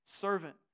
Servant